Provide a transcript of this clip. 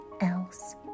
else